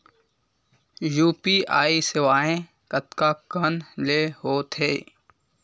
UPI सेवाएं कतका कान ले हो थे?